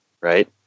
right